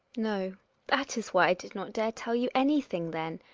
no that is why i did not dare tell you any thing then.